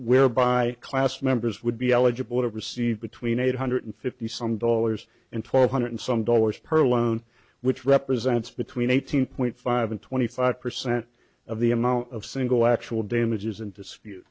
whereby class members would be eligible to receive between eight hundred fifty some dollars and four hundred some dollars per loan which represents between eighteen point five and twenty five percent of the amount of single actual damages in dispute